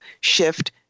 shift